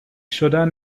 شدن